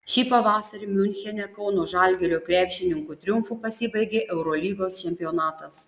šį pavasarį miunchene kauno žalgirio krepšininkų triumfu pasibaigė eurolygos čempionatas